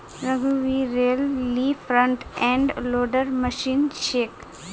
रघुवीरेल ली front end loader machine छेक